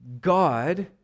God